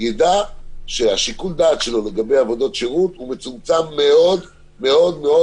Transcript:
ידע ששיקול הדעת שלו לגבי עבודות שירות הוא מצומצם מאוד מאוד מאוד,